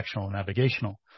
navigational